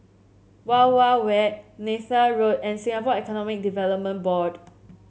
Wild Wild Wet Neythal Road and Singapore Economic Development Board